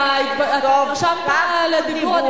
אתה נרשמת לדיבור,